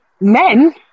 men